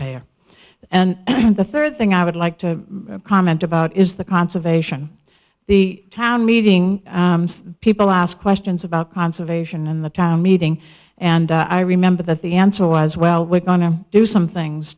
payer and the third thing i would like to comment about is the conservation the town meeting people ask questions about conservation in the town meeting and i remember that the answer was well we're going to do some things